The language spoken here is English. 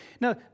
now